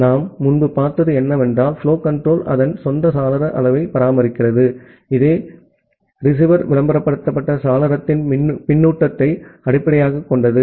நாம் முன்பு பார்த்தது என்னவென்றால் புலோ கன்ட்ரோல் அதன் சொந்த சாளர அளவை பராமரிக்கிறது இது ரிசீவர் விளம்பரப்படுத்தப்பட்ட சாளரத்தின் பின்னூட்டத்தை அடிப்படையாகக் கொண்டது